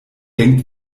denkt